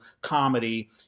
comedy